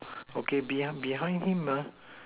okay behind behind him